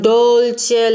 dolce